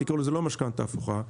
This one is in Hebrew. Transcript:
תקראו לזה לא משכנתה הפוכה.